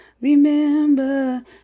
remember